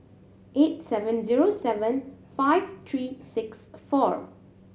eight seven zero seven five three six four